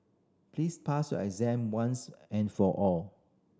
please pass your exam once and for all